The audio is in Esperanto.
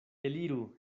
eliru